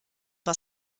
war